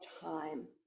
time